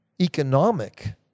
economic